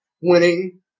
winning